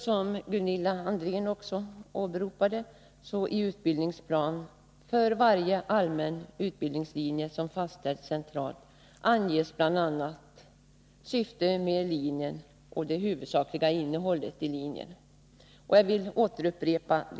Som Gunilla André åberopade anges i utbildningsplan för varje allmän utbildningslinje, som fastställts centralt, bl.a. syftet med linjen och det huvudsakliga innehållet i den. Det vill jag upprepa.